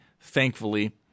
thankfully